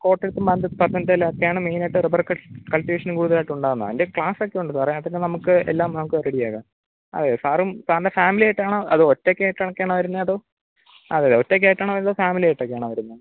കോട്ടയത്തും പത്തനംതിട്ടയിലോക്കെയാണ് മെയിൻ ആയിട്ട് റബ്ബറ് കൃഷി കൾട്ടിവേഷനും കൂടുതലായിട്ട് ഉണ്ടാവുന്നത് അതിൻ്റെ ക്ലാസ്സൊക്കെ ഉണ്ട് സാറെ അതൊക്കെ നമുക്ക് എല്ലാം നമുക്ക് റെഡിയാക്കാം അതെ അതെ സാറും സാറിൻ്റെ ഫാമിലിയായിട്ടാണോ അതോ ഒറ്റയ്ക്കായിട്ട് ഒക്കെയാണോ വരുന്നത് അതോ അതെ അതെ ഒറ്റയ്ക്കായിട്ടാണോ വരുന്നത് അതോ ഫാമിലിയായിട്ടൊക്കെയാണോ വരുന്നത്